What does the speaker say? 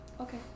Okay